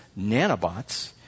nanobots